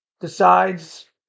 decides